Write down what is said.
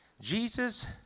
Jesus